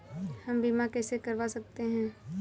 हम बीमा कैसे करवा सकते हैं?